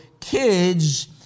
kids